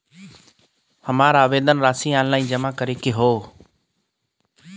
हमार आवेदन राशि ऑनलाइन जमा करे के हौ?